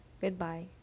goodbye